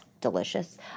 Delicious